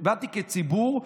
דיברתי כציבור,